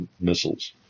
missiles